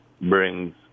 brings